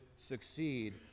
succeed